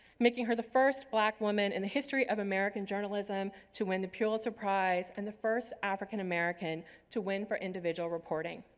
making her the first black woman in the history of american journalism to win the pulitzer prize and the first african american to win for individual reporting.